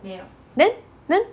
then then